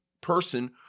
person